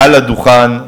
מעל הדוכן,